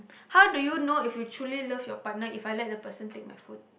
how do you know if you truly love your partner If I let the person take my phone